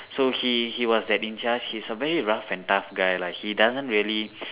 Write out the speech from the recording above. so he he was that in charge he's a very rough and tough guy lah he doesn't really